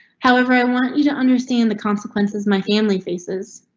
however, i want you to understand the consequences my family faces.